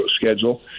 schedule